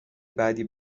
بدی